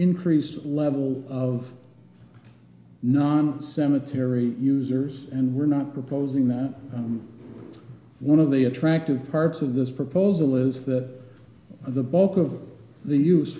increased level of non cemetery users and we're not proposing that one of the attractive parts of this proposal is that the bulk of the use